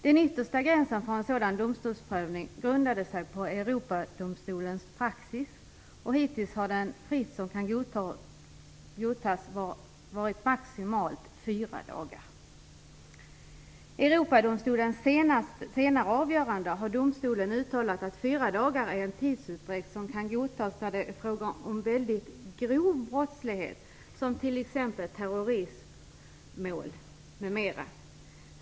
Den yttersta gränsen för en sådan domstolsprövning grundade sig på Europadomstolens praxis, och hittills har den frist som kan godtas varit maximalt fyra dagar. I Europadomstolens senare avgöranden har domstolen uttalat att fyra dagar är en tidsutdräkt som kan godtas då det är fråga om mycket grov brottslighet, t.ex. terroristmål m.m.